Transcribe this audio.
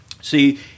See